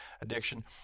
addiction